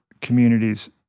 communities